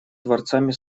творцами